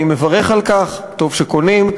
אני מברך על כך, טוב שקונים.